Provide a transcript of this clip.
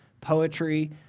poetry